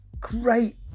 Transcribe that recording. great